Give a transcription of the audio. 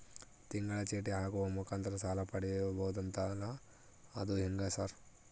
ತಿಂಗಳ ಚೇಟಿ ಹಾಕುವ ಮುಖಾಂತರ ಸಾಲ ಪಡಿಬಹುದಂತಲ ಅದು ಹೆಂಗ ಸರ್?